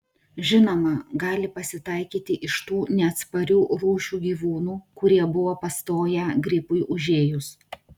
žinoma gali pasitaikyti iš tų neatsparių rūšių gyvūnų kurie buvo pastoję gripui užėjus